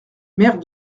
maire